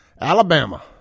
Alabama